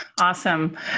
Awesome